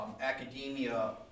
academia